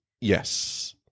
Yes